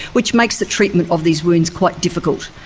which makes the treatment of these wounds quite difficult.